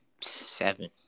seven